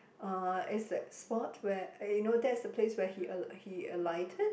uh it's that spot where eh you know that's the place where he al~ he alighted